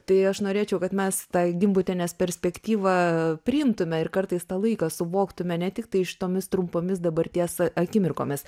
tai aš norėčiau kad mes tą gimbutienės perspektyvą priimtume ir kartais tą laiką suvoktume ne tiktai šitomis trumpomis dabarties akimirkomis